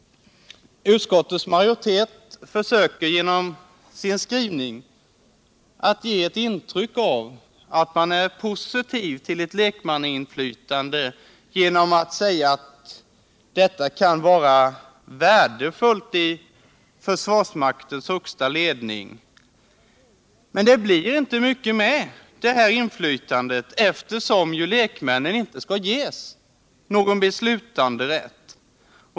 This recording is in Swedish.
Utskottets majoritet försöker i sin skrivning ge intryck av att man är positiv till ett lekmannainflytande genom att säga att detta kan vara värdefullt i försvarsmaktens högsta ledning. Men det blir inte mycket med detta inflytande, eftersom lekmännen inte skall ges någon beslutanderätt.